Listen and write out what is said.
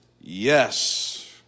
yes